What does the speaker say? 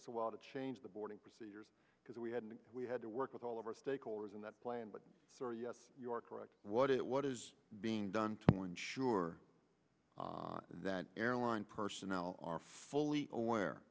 us a while to change the boarding procedures because we had and we had to work with all of our stakeholders in that plan but yes you are correct what it what is being done to ensure that airline personnel are fully aware